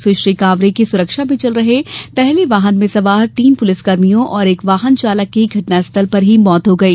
सुश्री कांवरे की सुरक्षा मे चल रहे पहले वाहन में सवार तीन पुलिसकर्मियो और एक वाहन चालक की घटनास्थल पर ही मौत हो गई